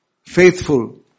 faithful